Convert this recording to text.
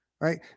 right